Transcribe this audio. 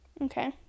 Okay